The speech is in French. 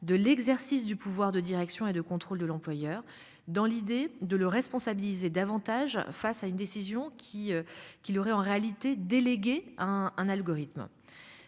de l'exercice du pouvoir de direction et de contrôle de l'employeur dans l'idée de le responsabiliser davantage face à une décision qui, qui l'aurait en réalité délégué un algorithme.